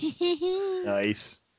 Nice